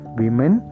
women